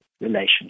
relationship